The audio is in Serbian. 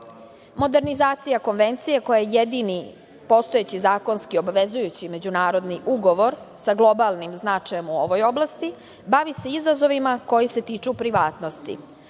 Poverenika. Modernizacija Konvencije, koja je jedini postojeći zakonski obavezujući međunarodni ugovor sa globalnim značajem u ovoj oblasti, bavi se izazovima koji se tiču privatnosti,